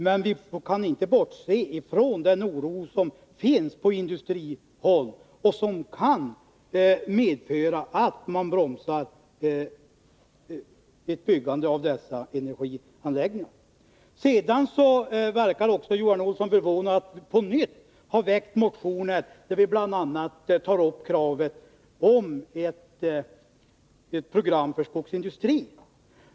Men vi kan inte bortse från den oro som finns på industrihåll och som kan medföra att man bromsar byggandet av dessa energianläggningar. Johan Olsson verkar vara förvånad över att vi på nytt har väckt motioner där vi bl.a. tar upp kravet på ett program för skogsindustrin.